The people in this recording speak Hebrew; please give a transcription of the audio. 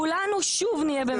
כולנו שוב נהיה במצוקה כספית.